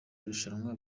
rushanwa